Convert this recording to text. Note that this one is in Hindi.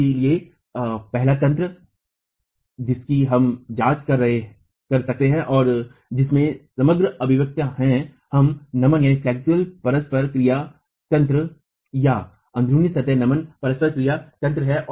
इसलिए पहला तंत्र जिसकी हम जांच कर सकते हैं और जिसमें समग्र अभिव्यक्तियाँ हैं एकनमन परस्पर क्रिया तंत्र या अन्ध्रुनी सतह नमन परस्पर क्रिया तंत्र है